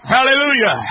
Hallelujah